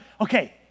Okay